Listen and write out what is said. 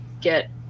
get